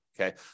Okay